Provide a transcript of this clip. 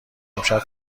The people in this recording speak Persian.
امشب